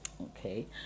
Okay